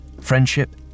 Friendship